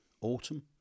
autumn